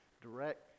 direct